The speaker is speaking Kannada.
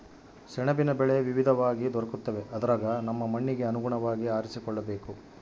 ಸೆಣಬಿನ ಬೆಳೆ ವಿವಿಧವಾಗಿ ದೊರಕುತ್ತವೆ ಅದರಗ ನಮ್ಮ ಮಣ್ಣಿಗೆ ಅನುಗುಣವಾಗಿ ಆರಿಸಿಕೊಳ್ಳಬೇಕು